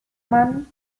man